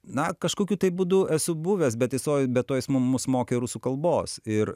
na kažkokiu tai būdu esu buvęs bet jis toj be to jis mu mus mokė rusų kalbos ir